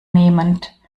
nehmend